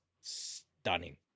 stunning